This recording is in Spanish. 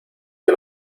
que